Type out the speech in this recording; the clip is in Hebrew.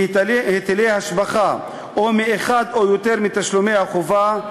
מהיטלי השבחה או מאחד או יותר מתשלומי החובה,